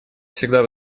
всегда